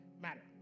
matter